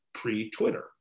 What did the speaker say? pre-Twitter